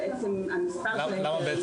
על עצם --- למה לא?